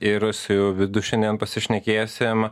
ir su vidu šiandien pasišnekėsim